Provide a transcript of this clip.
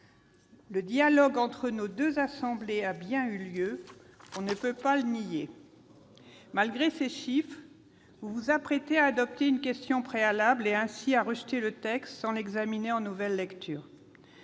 Le dialogue entre nos deux assemblées a bien eu lieu, on ne peut pas le nier. Malgré ces éléments chiffrés, vous vous apprêtez à adopter une motion tendant à opposer la question préalable, et ainsi à rejeter le texte sans l'examiner en nouvelle lecture.